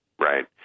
Right